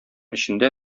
эчендә